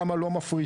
שם לא מפריטים,